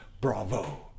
bravo